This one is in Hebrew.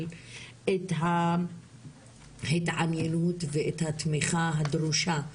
את התעניינות ואת התמיכה הדרושה בזה.